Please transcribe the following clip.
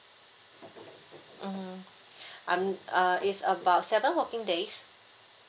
mm I'm uh is about seven working days